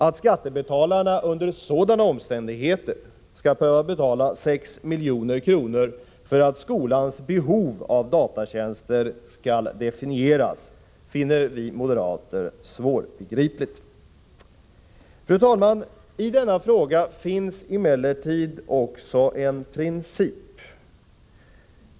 Att skattebetalarna under sådana omständigheter skall behöva betala 6 milj.kr. för att skolans behov av datatjänster skall definieras finner vi moderater svårbegripligt. Fru talman! Detta ärende gäller emellertid också en princip.